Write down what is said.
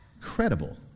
credible